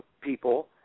People